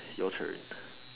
your turn